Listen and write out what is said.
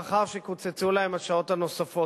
לאחר שקוצצו להם כל השעות הנוספות".